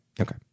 okay